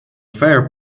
fair